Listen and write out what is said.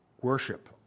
worship